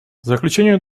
заключение